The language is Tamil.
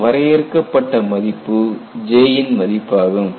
இந்த வரையறுக்கப்பட்ட மதிப்பு J ன் மதிப்பு ஆகும்